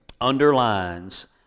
underlines